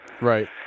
Right